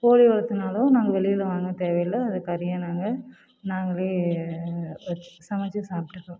கோழி வளர்த்துனாலும் நாங்கள் வெளியில் வாங்க தேவை இல்லை அதை கறியாக நாங்கள் நாங்களே சமைத்து சாப்பிட்டுக்குவோம்